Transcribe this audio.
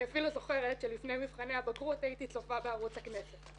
אני אפילו זוכרת שלפני מבחני הבגרות הייתי צופה בערוץ הכנסת,